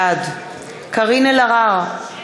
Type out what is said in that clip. בעד קארין אלהרר,